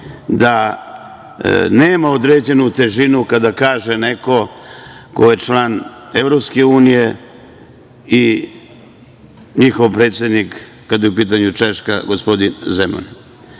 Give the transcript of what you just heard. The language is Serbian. da nema određenu težinu kada kaže neko ko je član EU i njihov predsednik kada je u pitanju Češka, gospodin Zeman. Moram